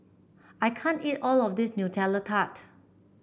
I can't eat all of this Nutella Tart